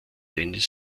dennis